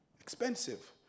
expensive